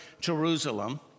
Jerusalem